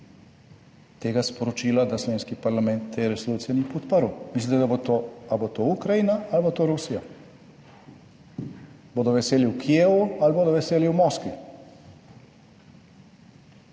tega sporočila, da slovenski parlament te resolucije ni podprl? Mislite, da bo to, ali bo to Ukrajina ali bo to Rusija? Bodo veseli v Kijevu ali bodo veseli v Moskvi?